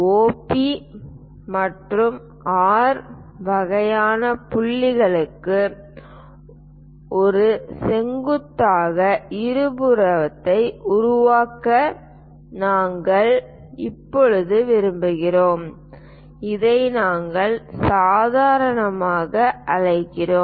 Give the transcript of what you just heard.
OP மற்றும் R வகையான புள்ளிகளுக்கு ஒரு செங்குத்தாக இருபுறத்தை உருவாக்க நாங்கள் இப்போது விரும்புவோம் இதை நாங்கள் சாதாரணமாக அழைக்கிறோம்